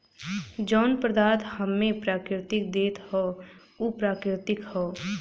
जौन पदार्थ हम्मे प्रकृति देत हौ उ प्राकृतिक हौ